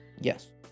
Yes